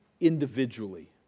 individually